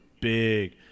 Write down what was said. big